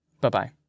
bye-bye